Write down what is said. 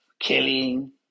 killing